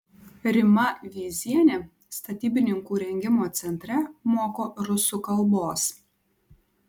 rima vyzienė statybininkų rengimo centre moko rusų kalbos